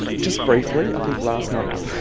just briefly, i think last night was